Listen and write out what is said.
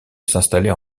s’installer